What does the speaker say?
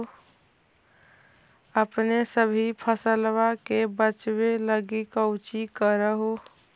अपने सभी फसलबा के बच्बे लगी कौची कर हो?